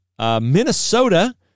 Minnesota